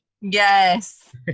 Yes